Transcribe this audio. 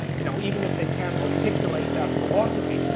you know, even if they can't articulate that philosophy,